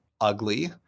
ugly